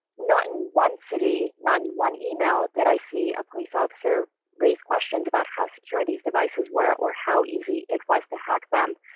not in one city, not in one email, that i see a police officer raise questions about how secure these devices were or how easy it was to hack them.